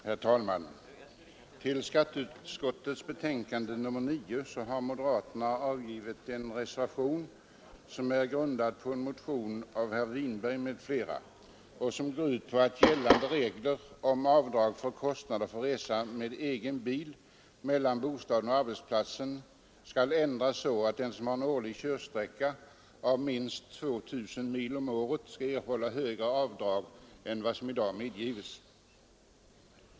Herr talman! Till skatteutskottets betänkande nr 9 har moderaterna avgivit en reservation, som är grundad på en motion av herr Winberg m.fl. och som går ut på att gällande regler om avdrag för kostnader för resa med egen bil mellan bostaden och arbetsplatsen skall ändras så att den som har en årlig körsträcka på minst 2 000 mil om året skall få göra högre avdrag än som i dag är medgivet.